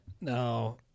Now